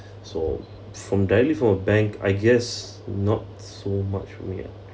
so from entirely for a bank I guess not so much from here